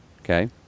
okay